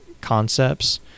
concepts